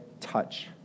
touch